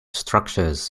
structures